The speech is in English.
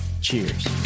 Cheers